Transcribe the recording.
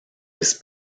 his